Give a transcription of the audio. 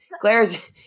Claire's